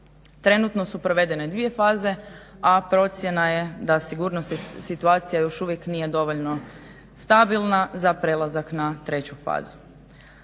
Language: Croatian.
Trenutno su provedene 2 faze, a procjena je da sigurnosna situacija još uvijek nije dovoljno stabilna za prelazak na treću fazu.